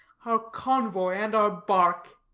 our convoy, and our bark.